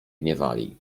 gniewali